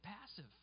passive